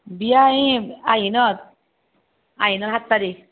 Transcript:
বিয়া এই আহিনত আহিনৰ সাত তাৰিখ